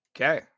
Okay